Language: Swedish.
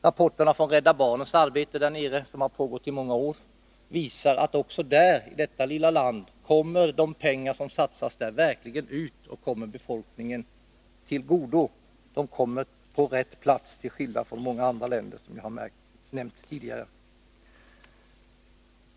Rapporterna från Rädda barnens arbete där nere, som har pågått i många år, visar att också i detta lilla land de pengar som satsas verkligen kommer befolkningen till godo. Pengarna kommer till rätt plats till skillnad från förhållandena i många andra länder, vilket har nämnts tidigare.